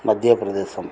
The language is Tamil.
மத்தியப்பிரதேசம்